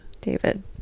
David